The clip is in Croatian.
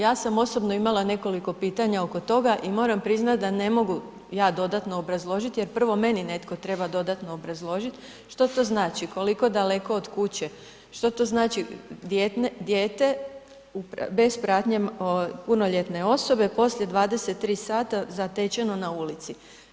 Ja sam osobno imala nekoliko pitanja oko toga i moram priznati da ne mogu ja dodatno obrazložiti jer prvo meni netko treba dodatno obrazložiti što to znači, koliko daleko od kuće, što to znači dijete bez pratnje punoljetne osobe poslije 23 sata zatečeno na ulici.